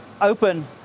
open